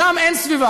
שם אין סביבה.